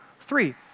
three